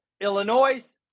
Illinois